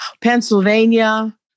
Pennsylvania